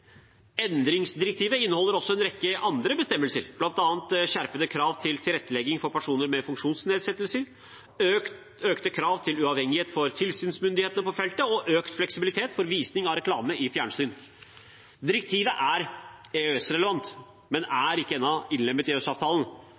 Endringsdirektivet inneholder også en rekke andre bestemmelser, bl.a. skjerpede krav til tilrettelegging for personer med funksjonsnedsettelser, økte krav til uavhengighet for tilsynsmyndighetene på feltet og økt fleksibilitet for visning av reklame i fjernsyn. Direktivet er EØS-relevant, men er ikke enda innlemmet i